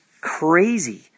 crazy